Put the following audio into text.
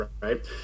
right